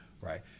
Right